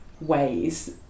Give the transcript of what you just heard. ways